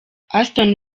aston